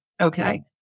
okay